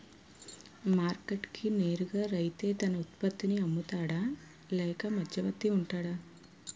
Market కి నేరుగా రైతే తన ఉత్పత్తి నీ అమ్ముతాడ లేక మధ్యవర్తి వుంటాడా?